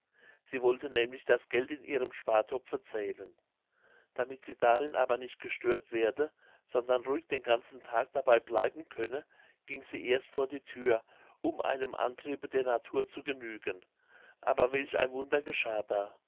sie wollte nämlich das geld in ihrem spartopfe zählen damit sie darin aber nicht gestört werde sondern ruhig den ganzen tag dabei bleiben könne ging sie erst vor die thür um einem antriebe der natur zu genügen aber welch ein wunder geschah da